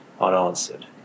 unanswered